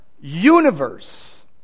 universe